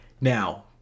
now